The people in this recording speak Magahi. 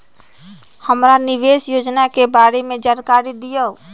हमरा निवेस योजना के बारे में जानकारी दीउ?